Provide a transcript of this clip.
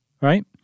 right